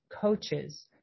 coaches